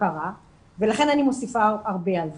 ולכן אני מוסיפה הרבה על זה.